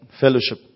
fellowship